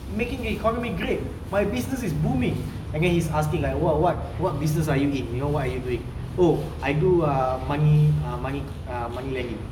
making economy great my business is booming and then he's asking like what what business are you in you know what are you doing oh I do uh money money money lending